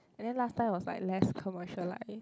and then last time was like less commercialised